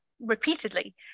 repeatedly